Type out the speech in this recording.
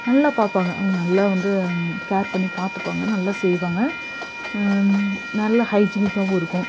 நல்லா பார்ப்பாங்க அவங்க நல்லா வந்து கேர் பண்ணி பார்த்துப்பாங்க நல்லா செய்வாங்க நல்ல ஹைஜீனிக்காகவும் இருக்கும்